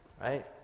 right